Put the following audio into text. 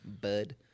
Bud